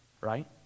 Right